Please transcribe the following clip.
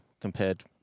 compared